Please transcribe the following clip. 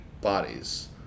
bodies